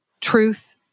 truth